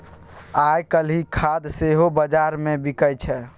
आयकाल्हि खाद सेहो बजारमे बिकय छै